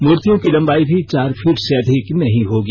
मूर्तियों की लम्बाई भी चार फीट से अधिक नहीं होगी